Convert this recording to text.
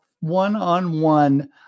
one-on-one